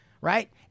right